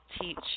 teach